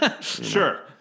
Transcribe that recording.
Sure